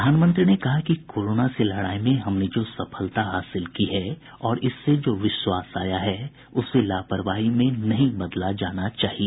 प्रधानमंत्री ने कहा कि कोरोना से लड़ाई में हमने जो सफलता हासिल की है और इससे जो विश्वास आया है उसे लापरवाही में नहीं बदला जाना चाहिए